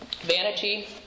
Vanity